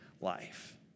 life